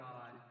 God